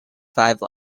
five